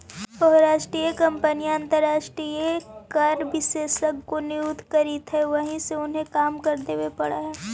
बहुराष्ट्रीय कंपनियां अंतरराष्ट्रीय कर विशेषज्ञ को नियुक्त करित हई वहिसे उन्हें कम कर देवे पड़ा है